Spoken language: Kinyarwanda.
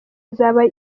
azaba